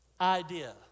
idea